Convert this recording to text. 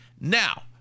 Now